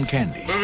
Candy